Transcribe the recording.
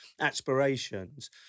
aspirations